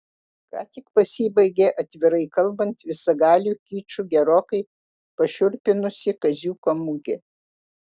ką tik pasibaigė atvirai kalbant visagaliu kiču gerokai pašiurpinusi kaziuko mugė